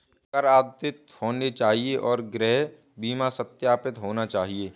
कर अद्यतित होने चाहिए और गृह बीमा सत्यापित होना चाहिए